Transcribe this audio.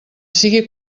sigui